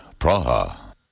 Praha